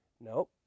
No